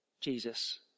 Jesus